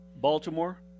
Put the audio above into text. Baltimore